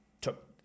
took